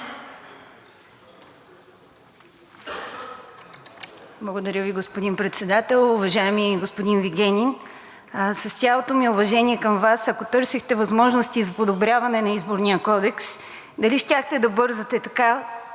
Благодаря Ви, господин Председател. Уважаеми господин Вигенин, с цялото ми уважение към Вас, ако търсехте възможности за подобряване на Изборния кодекс, дали щяхте да бързате така